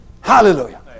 Hallelujah